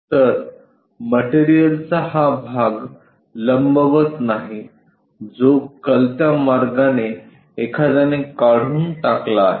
तर मटेरियलचा हा भाग लंबवत नाही जो कलत्या मार्गाने एखाद्याने काढून टाकला आहे